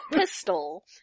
Pistol